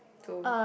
two